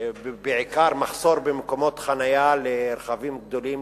בעיקר בגלל מחסור במקומות חנייה לרכבים גדולים,